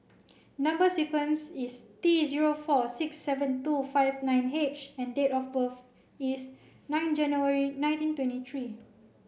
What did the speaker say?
number sequence is T zero four six seven two five nine H and date of birth is nine January nineteen twenty three